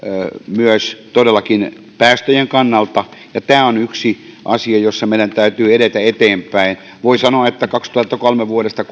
myös todellakin päästöjen kannalta tämä on yksi asia jossa meidän täytyy edetä eteenpäin voi sanoa että vuodesta